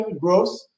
growth